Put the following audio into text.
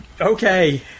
okay